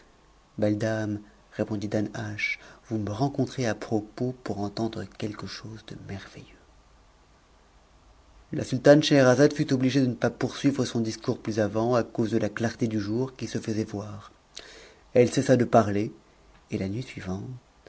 beiie dame répondit danhasch vous tne rencontrez à propos pour entendre quelque chose de mervci cux la sultane scheherazade fut obligée de ne pas poursuivre son discours ntus avant à cause de la clarté du jour qui se faisait voir elle cessa de u e et la nuit suivante